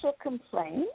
complaint